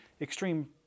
extreme